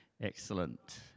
excellent